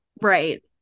Right